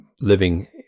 living